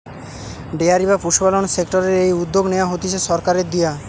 dairy বা পশুপালন সেক্টরের এই উদ্যগ নেয়া হতিছে সরকারের দিয়া